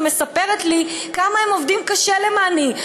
ומספרת לי כמה הם עובדים קשה למעני,